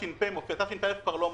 בתש"ף זה מופיע; בתשפ"א זה כבר לא מופיע.